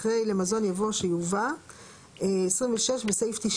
אחרי "למזון" יבוא "שיובא"; ׁׁ(26) בסעיף 96